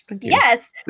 Yes